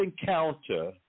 encounter